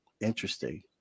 interesting